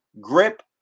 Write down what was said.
Grip